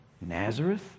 Nazareth